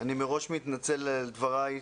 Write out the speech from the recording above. שאני מראש מתנצל על דבריי.